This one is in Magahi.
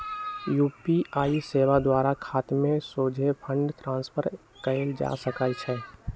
यू.पी.आई सेवा द्वारा खतामें सोझे फंड ट्रांसफर कएल जा सकइ छै